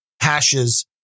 hashes